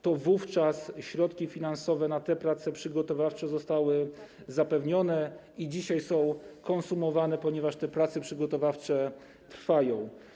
To wówczas środki finansowe na te prace przygotowawcze zostały zapewnione i dzisiaj są konsumowane, ponieważ te prace przygotowawcze trwają.